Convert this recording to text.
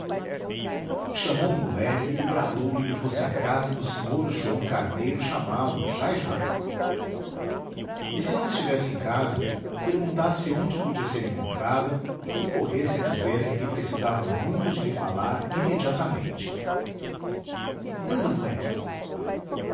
chamou um moleque e bradou-lhe que fosse à casa do sr joão carneiro chamá-lo já e já e se não estivesse em casa perguntasse onde podia ser encontrado e corresse a dizer-lhe que precisava muito de lhe falar imediatamente anda moleque